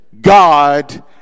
God